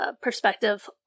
perspective